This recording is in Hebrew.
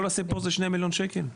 כל הסיפור זה שני מיליון שקל?